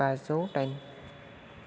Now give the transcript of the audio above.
बाजौ दाइन